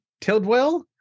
Tildwell